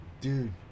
dude